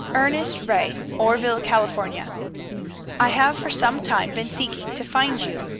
ernest ray, oreville, california i have for some time been seeking to find you.